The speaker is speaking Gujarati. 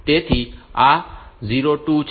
તેથી આ આ 02 છે